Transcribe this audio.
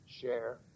share